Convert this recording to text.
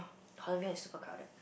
Holland-V one is super crowded